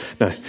No